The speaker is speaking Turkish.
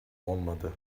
olmadı